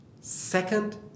Second